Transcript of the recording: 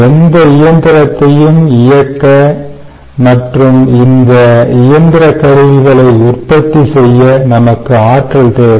எந்த இயந்திரத்தையும் இயக்க மற்றும் இந்த இயந்திர கருவிகளை உற்பத்தி செய்ய நமக்கு ஆற்றல் தேவை